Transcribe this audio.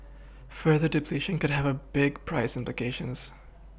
further depletion could have a big price implications